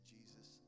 Jesus